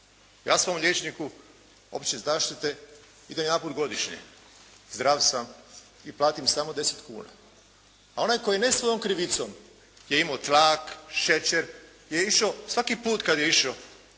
Ja svom liječniku opće zaštite idem jedanput godišnje. Zdrav sam i platim samo 10 kuna. A onaj tko je ne svojom krivicom je imao tlak, šećer je išao svaki put kad je išao